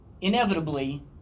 inevitably